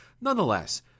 nonetheless